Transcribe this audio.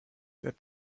that